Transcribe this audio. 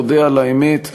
נודה על האמת,